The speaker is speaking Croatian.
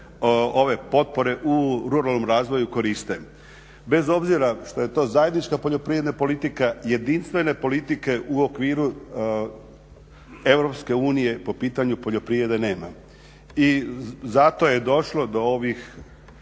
ove potpore u ruralnom razvoju koriste. Bez obzira što je to zajednička poljoprivredna politika jedinstvene politike u okviru Europske unije, po pitanju poljoprivrede nema. I zato je došlo do ovih